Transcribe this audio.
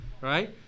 right